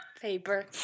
Paper